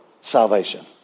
salvation